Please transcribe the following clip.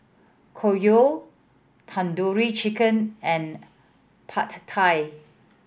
Okayu Tandoori Chicken and Pad Thai